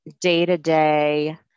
day-to-day